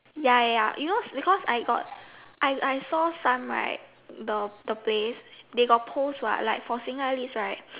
ya ya you know because I got I I saw some right the the place they got post what like for single eyelid right